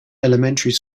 elementary